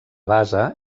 base